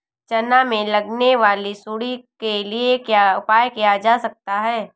चना में लगने वाली सुंडी के लिए क्या उपाय किया जा सकता है?